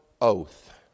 oath